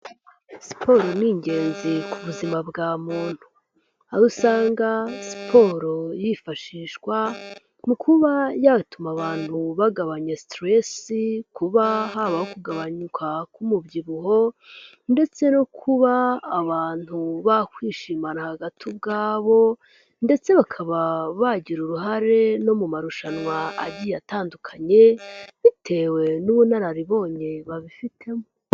Siporo ni ingenzi ku buzima bwa muntu. Aho usanga siporo yifashishwa, mu kuba yatuma abantu bagabanya siteresi, kuba haba kugabanyuka k'umubyibuho, ndetse no kuba abantu bakwishimana hagati ubwabo, ndetse bakaba bagira uruhare no mu marushanwa agiye atandukanye, bitewe n'ubunararibonye babifitemo.